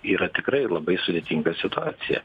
yra tikrai labai sudėtinga situacija